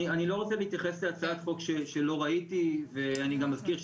אני לא רוצה להתייחס להצעת חוק שלא ראיתי ואני גם אזכיר,